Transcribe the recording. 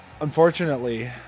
unfortunately